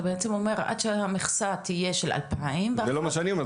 אתה בעצם אומר עד שהמכסה תהיה של 2,000 --- זה לא מה שאני אומר,